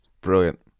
brilliant